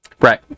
Right